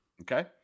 Okay